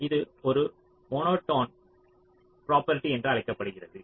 இது ஒரு monotone property என்று அழைக்கப்படுகிறது